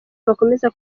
bakomeza